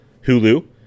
Hulu